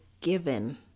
given